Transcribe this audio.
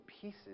pieces